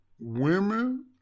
women